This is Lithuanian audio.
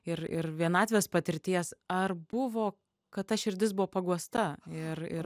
ir ir vienatvės patirties ar buvo kad ta širdis buvo paguosta ir ir